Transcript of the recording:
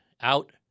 out